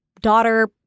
daughter